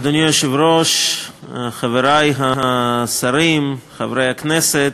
אדוני היושב-ראש, חברי השרים, חברי הכנסת,